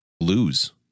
lose